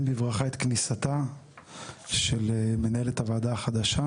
בברכה את כניסתה של מנהלת הוועדה החדשה,